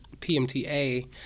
PMTA